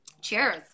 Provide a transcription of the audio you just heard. Cheers